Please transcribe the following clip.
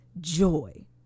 joy